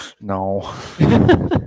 No